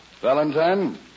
Valentine